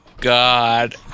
God